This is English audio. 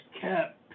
kept